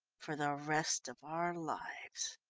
for the rest of our lives.